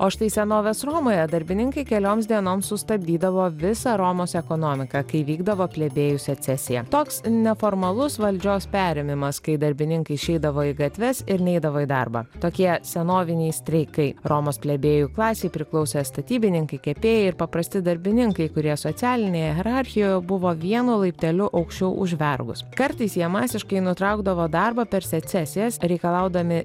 o štai senovės romoje darbininkai kelioms dienoms sustabdydavo visą romos ekonomiką kai vykdavo plebėjų secesija toks neformalus valdžios perėmimas kai darbininkai išeidavo į gatves ir neidavo į darbą tokie senoviniai streikai romos plebėjų klasei priklausė statybininkai kepėjai ir paprasti darbininkai kurie socialinėje hierarchijoje buvo vienu laipteliu aukščiau už vergus kartais jie masiškai nutraukdavo darbą per secesijas reikalaudami